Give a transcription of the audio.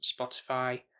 Spotify